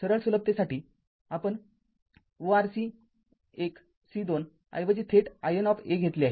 सरळ सुलभतेसाठी आपण oRC १ C२ ऐवजी थेट In घेतले आहे